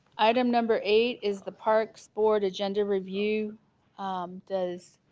item number eight is the parks board agenda review does